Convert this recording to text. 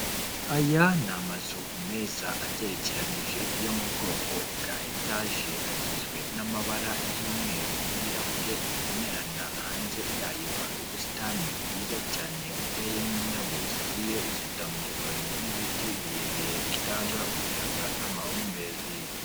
Aya ni amazu meza agerekeranyije, yo mu bwoko bwa etaje, agizwe n'amabara y'umweru n'ibirahure bibonerana, hanze yayo hari ubusitani bwiza cyane, buteyemo indabo zigiye zitandukanye, n'ibiti birebire bitanga umuyaga n'amahumbezi.